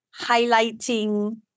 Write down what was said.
highlighting